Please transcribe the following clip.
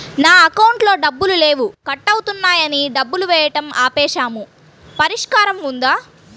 నా అకౌంట్లో డబ్బులు లేవు కట్ అవుతున్నాయని డబ్బులు వేయటం ఆపేసాము పరిష్కారం ఉందా?